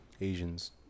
Asians